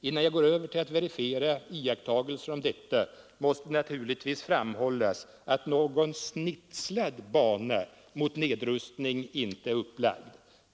Innan jag går över till att verifiera iakttagelser om detta måste naturligtvis framhållas att någon ”snitslad” bana mot nedrustning inte är upplagd.